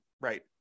right